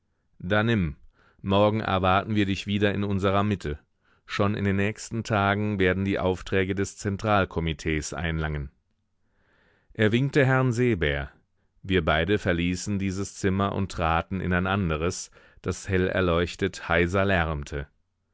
da nimm morgen erwarten wir dich wieder in unserer mitte schon in den nächsten tagen werden die aufträge des zentralkomitees einlangen er winkte herrn seebär wir beide verließen dieses zimmer und traten in ein anderes das hellerleuchtet heiser lärmte